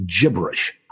gibberish